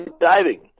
diving